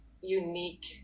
unique